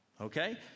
okay